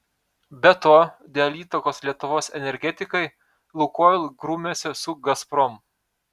be to dėl įtakos lietuvos energetikai lukoil grumiasi su gazprom